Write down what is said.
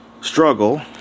struggle